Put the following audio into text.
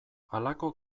halako